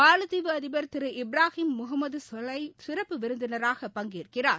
மாலத்தீவு அதிபர் திரு இப்ராஹிம் முகமது சொலைஹ் சிறப்பு விருந்தினராக பங்கேற்கிறார்